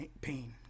pain